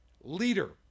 leader